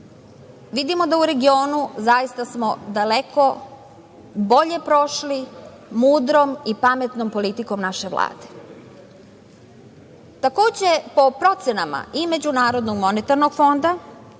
Vidimo da u regionu zaista smo daleko bolje prošli mudrom i pametnom politikom naše Vlade. Takođe po procenama MMF, a što se